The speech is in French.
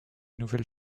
nouvelle